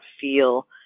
feel